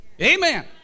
Amen